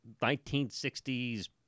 1960s